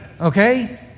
Okay